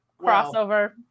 Crossover